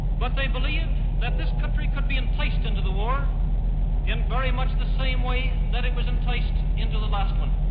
but they believed that this country could be enticed into the war in very much the same way that it was enticed into the last one.